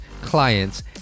clients